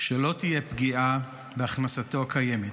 שלא תהיה פגיעה בהכנסתו הקיימת.